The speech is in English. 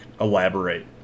elaborate